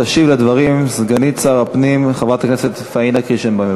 תשיב על הדברים סגנית שר הפנים חברת הכנסת פאינה קירשנבאום.